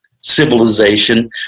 civilization